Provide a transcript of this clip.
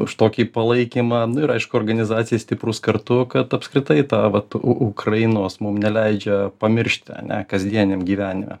už tokį palaikymą ir aišku organizacijai stiprūs kartu kad apskritai tą vat u ukrainos mum neleidžia pamiršti ane kasdieniam gyvenime